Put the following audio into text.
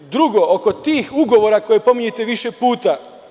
Drugo, oko tih ugovora koje pominjete više puta.